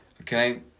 Okay